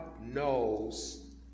knows